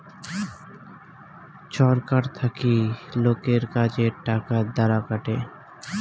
ছরকার থাকি লোকের কাজের টাকার দ্বারা কাটে